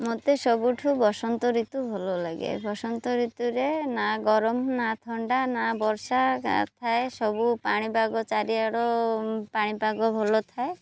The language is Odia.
ମତେ ସବୁଠୁ ବସନ୍ତ ଋତୁ ଭଲ ଲାଗେ ବସନ୍ତ ଋତୁରେ ନା ଗରମ ନା ଥଣ୍ଡା ନା ବର୍ଷା ଥାଏ ସବୁ ପାଣିପାଗ ଚାରିଆଡ଼େ ପାଣିପାଗ ଭଲ ଥାଏ